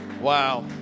Wow